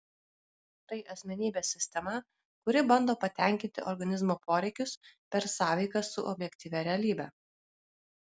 tai asmenybės sistema kuri bando patenkinti organizmo poreikius per sąveiką su objektyvia realybe